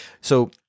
So-